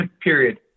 Period